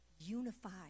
unified